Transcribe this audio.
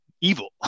evil